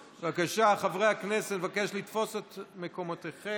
בבקשה, חברי הכנסת, אני מבקש לתפוס את מקומותיכם.